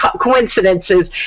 coincidences